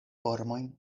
formojn